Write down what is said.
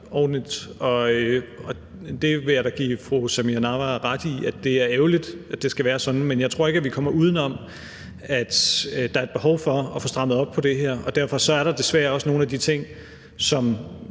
ordentligt. Jeg vil da give fru Samira Nawa ret i, at det er ærgerligt, at det skal være sådan, men jeg tror ikke, at vi kommer udenom, at der er et behov for at få strammet op på det her, og derfor er der desværre også nogle af de ting, som